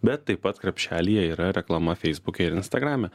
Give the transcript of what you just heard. bet taip pat krepšelyje yra reklama feisbuke ir instagrame